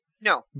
No